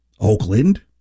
Oakland